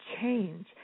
change